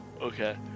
Okay